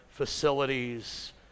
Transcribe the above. facilities